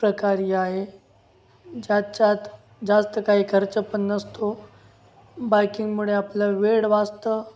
प्रकार आहे ज्याच्यात जास्त काही खर्च पण नसतो बाईकिंगमुळे आपलं वेळ वाचतं